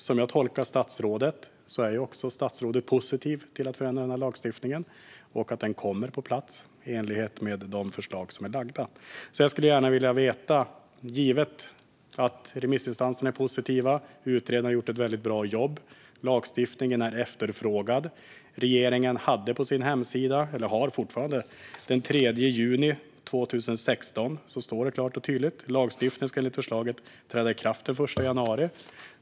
Som jag tolkar statsrådet är han positiv till att förändra lagstiftningen och till att den kommer på plats i enlighet med de förslag som är lagda. Remissinstanserna är positiva, utredaren har gjort ett väldigt bra jobb och lagstiftningen är efterfrågad. På regeringens hemsida står det fortfarande - daterat den 3 juni 2016 - klart och tydligt att lagstiftningen enligt förslaget ska träda i kraft den 1 januari.